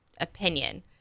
opinion